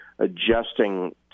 adjusting